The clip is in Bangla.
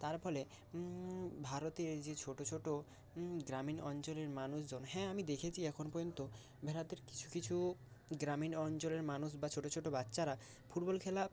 তার ফলে ভারতের যে ছোট ছোট গ্রামীণ অঞ্চলের মানুষজন হ্যাঁ আমি দেখেছি এখন পর্যন্ত ভারতের কিছু কিছু গ্রামীণ অঞ্চলের মানুষ বা ছোট ছোট বাচ্চারা ফুটবল খেলা